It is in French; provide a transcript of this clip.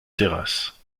terrasse